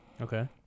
Okay